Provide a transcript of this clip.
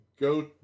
go